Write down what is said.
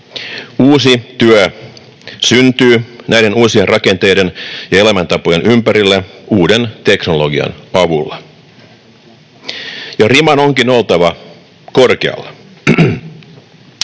Uusi työ syntyy näiden uusien rakenteiden ja elämäntapojen ympärille uuden teknologian avulla. Riman onkin oltava korkealla.